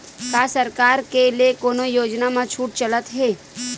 का सरकार के ले कोनो योजना म छुट चलत हे?